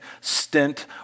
stint